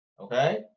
Okay